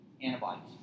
antibodies